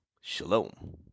shalom